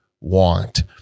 want